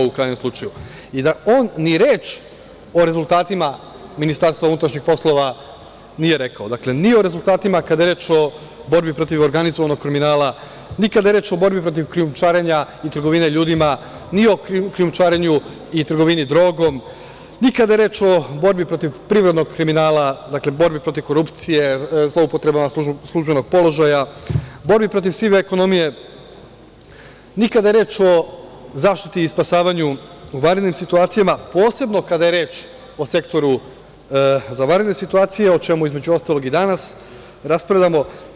U krajnjem slučaju, on ni reč o rezultatima Ministarstva unutrašnjih poslova nije rekao, dakle, ni o rezultatima kada je reč o borbi protiv organizovanog kriminala, ni kada je reč o borbi protiv krijumčarenja i trgovine ljudima, ni o krijumčarenju i trgovini drogom, ni kada je reč o borbi protiv privrednog kriminala, dakle, borbi protiv korupcije, zloupotrebama službenog položaja, borbi protiv sive ekonomije, ni kada je reč o zaštiti i spasavanju u vanrednim situacijama, posebno kada je reč o Sektoru za vanredne situacije, o čemu, između ostalog, i danas raspravljamo.